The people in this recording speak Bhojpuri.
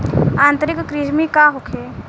आंतरिक कृमि का होखे?